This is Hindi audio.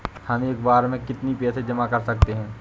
हम एक बार में कितनी पैसे जमा कर सकते हैं?